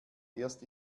erst